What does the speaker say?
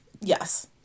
yes